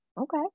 Okay